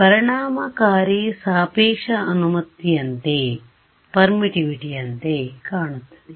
ಪರಿಣಾಮಕಾರಿ ಸಾಪೇಕ್ಷ ಅನುಮತಿಯಂತೆ ಕಾಣುತ್ತದೆ